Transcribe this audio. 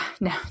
no